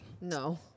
no